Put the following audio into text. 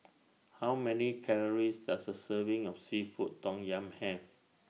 How Many Calories Does A Serving of Seafood Tom Yum Have